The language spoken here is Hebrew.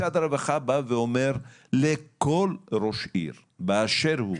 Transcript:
משרד הרווחה בא ואומר לכל ראש עיר באשר הוא,